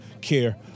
care